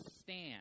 stand